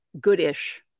good-ish